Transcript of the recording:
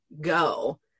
go